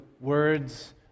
words